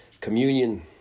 communion